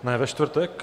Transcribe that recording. Ne, ve čtvrtek?